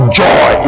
joy